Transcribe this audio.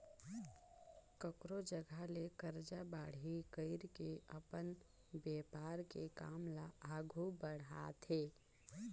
कखरो जघा ले करजा बाड़ही कइर के अपन बेपार के काम ल आघु बड़हाथे